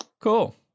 Cool